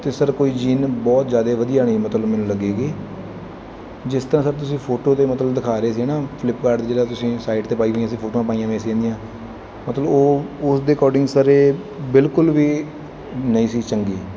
ਅਤੇ ਸਰ ਕੋਈ ਜੀਨ ਬਹੁਤ ਜ਼ਿਆਦਾ ਵਧੀਆ ਨਹੀਂ ਮਤਲਬ ਮੈਨੂੰ ਲੱਗੀ ਗੀ ਜਿਸ ਤਰ੍ਹਾਂ ਸਰ ਤੁਸੀਂ ਫੋਟੋ 'ਤੇ ਮਤਲਬ ਦਿਖਾ ਰਹੇ ਸੀ ਨਾ ਫਲਿਪਕਾਰਟ 'ਤੇ ਜਿਹੜਾ ਤੁਸੀਂ ਸਾਈਟ 'ਤੇ ਪਾਈ ਵੀਆਂ ਸੀ ਫੋਟੋਆਂ ਪਾਈਆਂ ਹੋਈਆਂ ਸੀ ਇਹਦੀਆਂ ਮਤਲਬ ਉਹ ਉਸ ਦੇ ਅਕੋਰਡਿੰਗ ਸਰ ਇਹ ਬਿਲਕੁਲ ਵੀ ਨਹੀਂ ਸੀ ਚੰਗੀ